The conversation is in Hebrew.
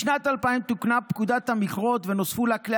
בשנת 2000 תוקנה פקודת המכרות ונוספו לה כלי